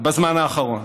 בזמן האחרון.